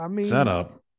setup